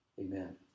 Amen